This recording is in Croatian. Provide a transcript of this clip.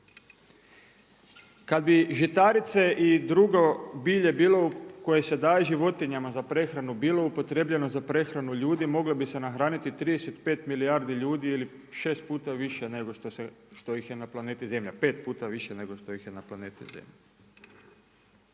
Kada bi žitarice i drugo bilje bilo koje se daje životinjama za prehranu, bilo upotrjebljeno za prehranu ljudi moglo bi se nahraniti 35 milijardi ljudi ili 6 puta više nego što ih je na planeti Zemlja, pet puta više nego što ih je na planeti Zemlja.